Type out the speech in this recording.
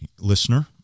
Listener